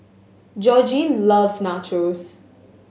Georgine loves Nachos